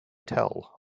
tell